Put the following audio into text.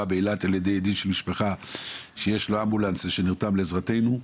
באילת על ידי ידיד של המשפחה שיש לו אמבולנס ונרתם לעזרתנו.